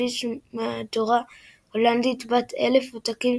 הדפיס מהדורה הולנדית בת 1,000 עותקים